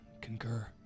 Concur